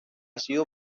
sido